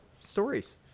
stories